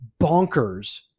bonkers